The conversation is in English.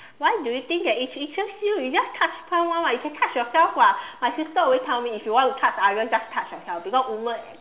why do you think that it's it's just you you just touch someone [what] you can touch yourself [what] my sister always tell me if you want to touch others you just touch yourself because woman and